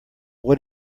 what